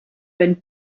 wenn